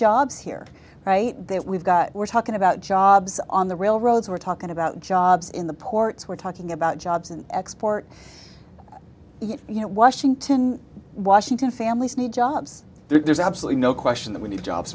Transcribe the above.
jobs here right there we've got we're talking about jobs on the railroads we're talking about jobs in the ports we're talking about jobs and export you know washington washington families need jobs there's absolutely no question that we need jobs